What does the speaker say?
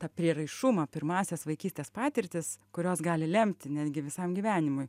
tą prieraišumą pirmąsias vaikystės patirtis kurios gali lemti netgi visam gyvenimui